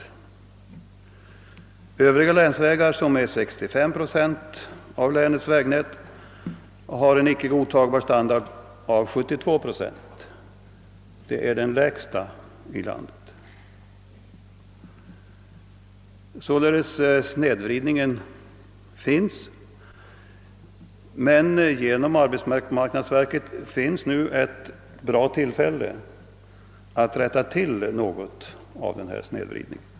För övriga länsvägar, som är 65 procent av länets hela vägnät, har 72 procent en icke godtagbar standard. Det är den högsta siffran i landet. Snedvridningen är således redan ett faktum, men genom arbetsmarknadsverket finns nu ett bra tillfälle att rätta till något av dessa missförhållan vägar den.